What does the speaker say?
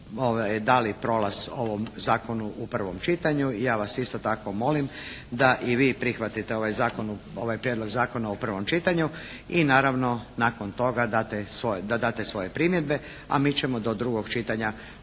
dali prolaz ovom zakonu u prvom čitanju. Ja vas isto tako molim da i vi prihvatite ovaj zakon, ovaj prijedlog zakona u prvom čitanju i naravno nakon toga da date svoje primjedbe, a mi ćemo do drugog čitanja